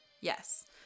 Yes